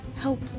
help